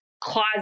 closet